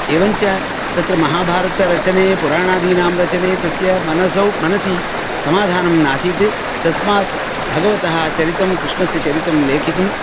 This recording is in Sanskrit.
एवञ्च तत्र महाभारतरचने पुराणादीनां रचने तस्य मनसौ मनसि समाधानं नासीत् तस्मात् भगवतः चरितं कृष्णस्य चरितं लिखितुं